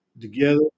together